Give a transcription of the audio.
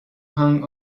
hung